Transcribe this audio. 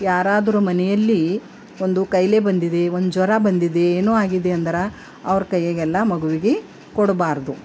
ಯಾರಾದ್ರೂ ಮನೆಯಲ್ಲಿ ಒಂದು ಕಾಯಿಲೆ ಬಂದಿದೆ ಒಂದು ಜ್ವರ ಬಂದಿದೆ ಏನೋ ಆಗಿದೆ ಅಂದ್ರೆ ಅವರ ಕೈಗೆಲ್ಲ ಮಗುವಿಗೆ ಕೊಡಬಾರ್ದು